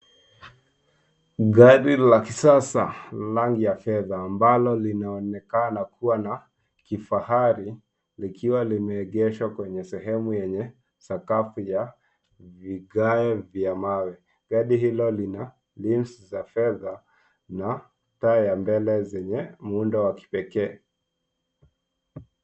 Gari la kisasa la rangi ya kifedha ambalo linaonekana kuwa la kifahari likiwa limeegeshwa kwenye sehemu yenye sakafu ya vigae vya mawe. Gari hilo lina rims za fedha na taa ya mbele zenye muundo wa kipekee.